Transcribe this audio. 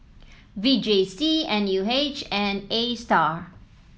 V J C N U H and Astar